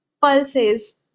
pulses